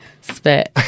spit